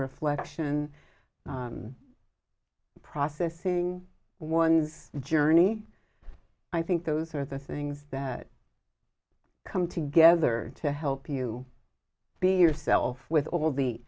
reflection processing one's journey i think those are the things that come together to help you be yourself with all the